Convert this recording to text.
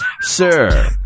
sir